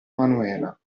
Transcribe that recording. manuela